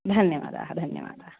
धन्यवादाः धन्यवादाः